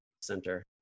center